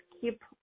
keep